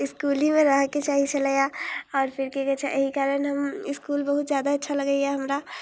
इसकुल हीमे रहऽके चाहै छलैए आओर फिर की कहै छै एहि कारण हम इसकुल बहुत जादा अच्छा लगैए हमरा